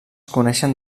coneixen